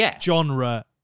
genre